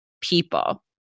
people